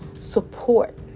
support